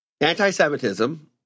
Anti-Semitism